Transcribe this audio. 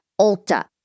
Ulta